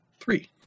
three